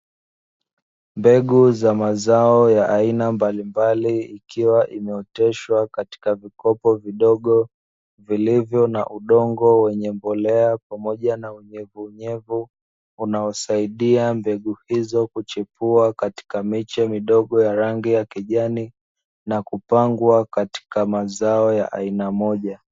Mbegu za mazao ya aina mbalimbali, ikiwa imeoteshwa katika vikopo vidogo vilivyo na udongo wenye mbolea pamoja na unyevunyevu, unaosaidia mbegu hizo kuchepua katika miche midogo ya rangi ya kijani na kupangwa katika mazao ya aina moja.